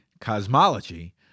cosmology